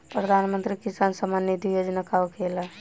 प्रधानमंत्री किसान सम्मान निधि योजना का होखेला?